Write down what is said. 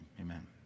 amen